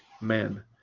men